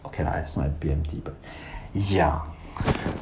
okay lah as my B_M_T but ya